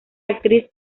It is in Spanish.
actriz